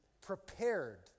prepared